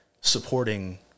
supporting